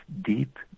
deep